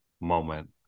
moment